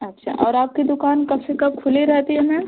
अच्छा और आपकी दुकान कब से कब खुली रहती है मैम